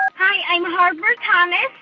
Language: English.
ah hi. i'm harper thomas.